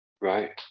right